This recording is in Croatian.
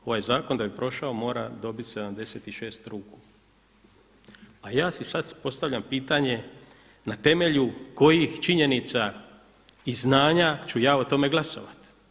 Ovaj zakon da bi prošao mora dobiti 76 ruku, a ja si sada postavljam pitanje na temelju kojih činjenica i znanja ću ja o tome glasovati.